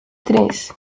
tres